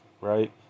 right